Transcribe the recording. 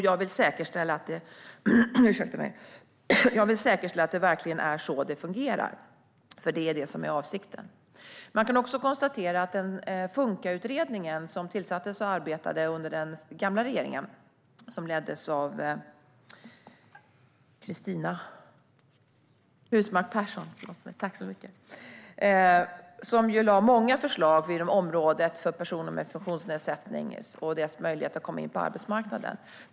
Jag vill säkerställa att det verkligen är så det fungerar, för det är avsikten. Man kan konstatera att Funkautredningen, som tillsattes och arbetade under den gamla regeringen och leddes av Cristina Husmark Pehrsson, lade fram många förslag inom området för personer med funktionsnedsättning och deras möjligheter att komma in på arbetsmarknaden.